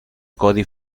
codi